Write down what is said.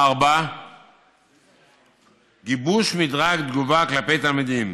4. גיבוש מדרג תגובה כלפי תלמידים,